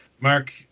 Mark